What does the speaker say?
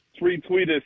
Retweeted